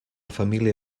família